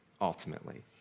ultimately